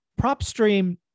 PropStream